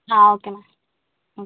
okay ma'am okay